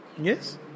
Yes